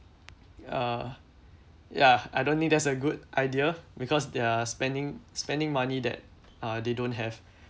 uh ya I don't think that's a good idea because they're spending spending money that uh they don't have